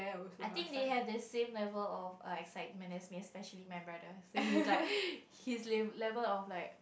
I think they have the same level of err excitement as me especially my brother so he's like his level of like